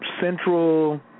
Central